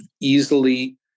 easily